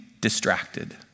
distracted